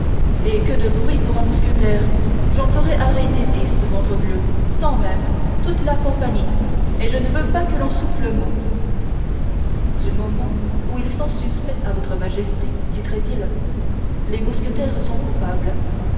eh que de bruit pour un mousquetaire j'en ferai arrêter dix ventrebleu cent même toute la compagnie et je ne veux pas que l'on souffle mot du moment où ils sont suspects à votre majesté dit tréville les mousquetaires sont coupables